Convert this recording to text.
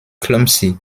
clumsy